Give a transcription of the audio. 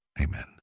Amen